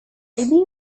libby